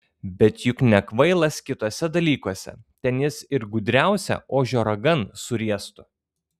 bet juk nekvailas kituose dalykuose ten jis ir gudriausią ožio ragan suriestų